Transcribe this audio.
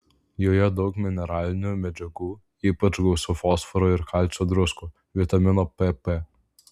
joje daug mineralinių medžiagų ypač gausu fosforo ir kalcio druskų vitamino pp